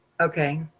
Okay